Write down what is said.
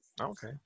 Okay